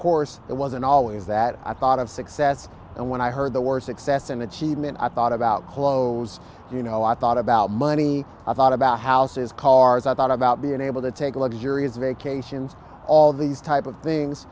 course it wasn't always that i thought of success and when i heard the word success and achievement i thought about clothes you know i thought about money i thought about houses call r s i thought about being able to take a lot during his vacations all these type of things